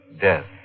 death